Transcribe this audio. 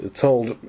told